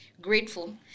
grateful